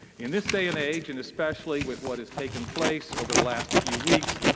in this day and age, and especially with what has taken place over the last few weeks,